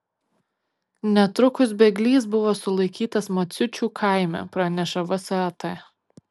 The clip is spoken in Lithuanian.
netrukus bėglys buvo sulaikytas maciučių kaime praneša vsat